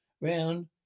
round